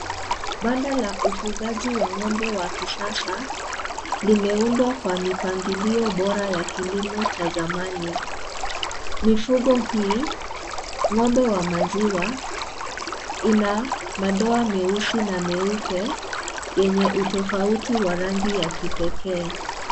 Banda la ufugaji wa ng'ombe wa kisasa limeundwa kwa mipangilio bora ya kilio cha zamani mifugo hii ng'ombe wa maziwa ina madoa meusi na meupe yenye utofauti wa rangi ya kipekee.